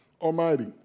Almighty